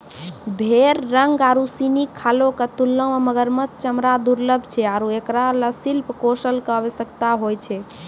भेड़ रंग आरु सिनी खालो क तुलना म मगरमच्छ चमड़ा दुर्लभ छै आरु एकरा ल शिल्प कौशल कॅ आवश्यकता होय छै